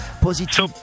positive